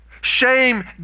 shame